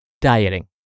Dieting